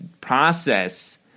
process